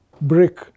brick